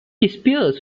disappears